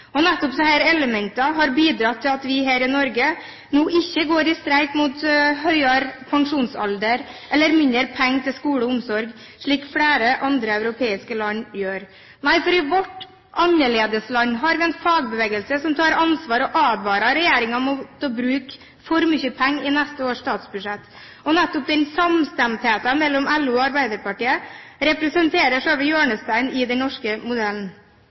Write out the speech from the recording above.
trygghet. Nettopp disse elementene har bidratt til at vi her i Norge nå ikke går i streik mot høyere pensjonsalder eller mindre penger til skole og omsorg, slik flere andre europeiske land gjør. I vårt annerledesland har vi en fagbevegelse som tar ansvar og advarer regjeringen mot å bruke for mye penger i neste års statsbudsjett. Nettopp den samstemmigheten mellom LO og Arbeiderpartiet representerer selve hjørnesteinen i den norske modellen.